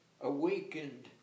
awakened